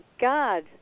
God